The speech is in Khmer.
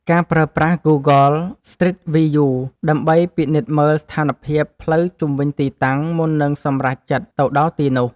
ការប្រើប្រាស់ ហ្គូហ្គល ស្ទ្រីត វីយូ ដើម្បីពិនិត្យមើលស្ថានភាពផ្លូវជុំវិញទីតាំង មុននឹងសម្រេចចិត្តទៅដល់ទីនោះ។